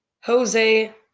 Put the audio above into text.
Jose